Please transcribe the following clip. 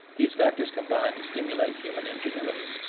these factors combined to stimulate human ingenuity,